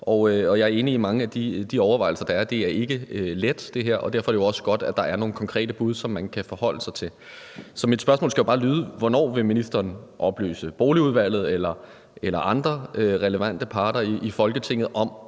og jeg er enig i mange af de overvejelser, der er. Det her er ikke let, og derfor er det også godt, at der er nogle konkrete bud, som man kan forholde sig til. Så mit spørgsmål skal bare lyde: Hvornår vil ministeren oplyse Boligudvalget eller andre relevante parter i Folketinget om